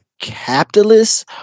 capitalists